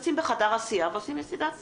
מתכנסים בחדר הסיעה ועושים ישיבת סיעה.